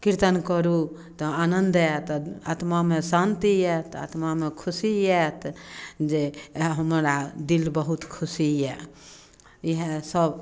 कीर्तन करू तऽ आनन्द आयत आत्मामे शान्ति आयत आत्मामे खुशी आयत जे हमरा दिल बहुत खुशी यए इएहसभ